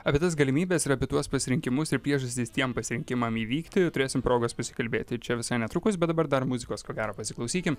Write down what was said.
apie tas galimybes ir apie tuos pasirinkimus ir priežastis tiem pasirinkimam įvykti turėsim progos pasikalbėti čia visai netrukus bet dabar dar muzikos ko gero pasiklausykim